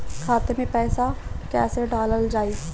खाते मे पैसा कैसे डालल जाई?